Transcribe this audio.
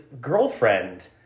girlfriend